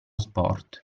sport